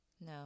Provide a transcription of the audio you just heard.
No